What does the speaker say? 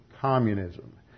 communism